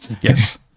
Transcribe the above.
yes